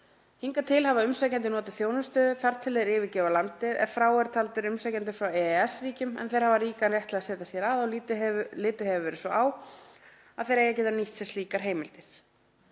Hingað til hafa umsækjendur notið þjónustu þar til þeir yfirgefa landið ef frá eru taldir umsækjendur frá EES-ríkjum en þeir hafa ríkan rétt til að setjast hér að og litið hefur verið svo á að þeir eigi að geta nýtt sér slíkar heimildir.